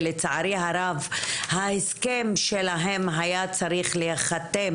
ולצערי הרב ההסכם שלהם היה צריך להחתם